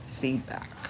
feedback